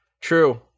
True